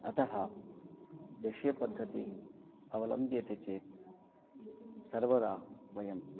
अतः देशीयपद्धतिः अवलम्ब्यते चेत् सर्वदा वयं